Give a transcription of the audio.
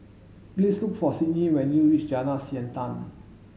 please look for Sidney when you reach Jalan Siantan